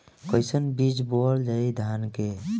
कईसन बीज बोअल जाई धान के?